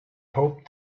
hoped